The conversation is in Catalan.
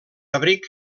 abric